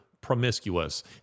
promiscuous